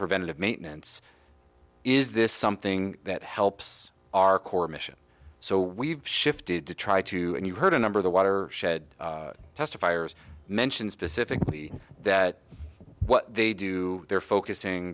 preventative maintenance is this something that helps our core mission so we've shifted to try to and you've heard a number of the water shed testifiers mentioned specifically that what they do they're focusing